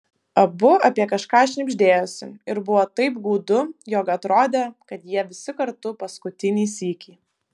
abu apie kažką šnibždėjosi ir buvo taip gūdu jog atrodė kad jie visi kartu paskutinį sykį